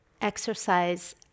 exercise